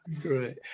Great